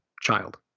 child